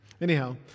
Anyhow